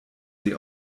sie